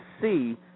see